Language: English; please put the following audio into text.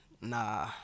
nah